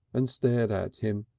and stared at him.